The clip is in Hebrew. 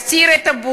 חבר הכנסת יאיר לפיד,